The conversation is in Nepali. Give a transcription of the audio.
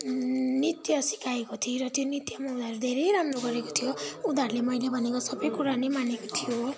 नृत्य सिकाएको थिएँ र त्यो नृत्य उनीहरूले धेरै राम्रो गरेको थियो उनीहरूले मैले भनेको सबै कुरा नै मानेको थियो